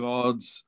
God's